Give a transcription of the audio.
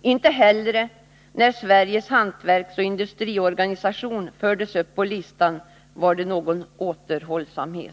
Inte heller när Sveriges hantverksoch industriorganisation fördes upp på listan var det någon ”återhållsamhet”.